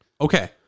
Okay